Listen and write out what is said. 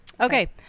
okay